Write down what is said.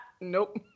nope